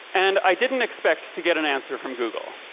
and i didn't expect to get an answer from google,